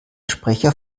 sprecher